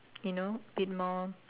you know bit more